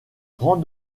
grand